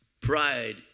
Pride